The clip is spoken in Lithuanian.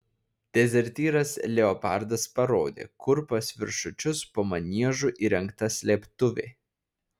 dezertyras leopardas parodė kur pas viršučius po maniežu įrengta slėptuvė